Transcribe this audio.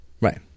Right